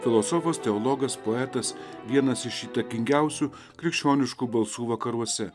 filosofas teologas poetas vienas iš įtakingiausių krikščioniškų balsų vakaruose